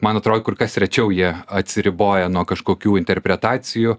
man atrodė kur kas rečiau jie atsiriboja nuo kažkokių interpretacijų